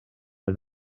mae